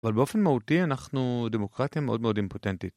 אבל באופן מהותי אנחנו דמוקרטיה מאוד מאוד אימפוטנטית.